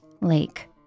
Lake